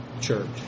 church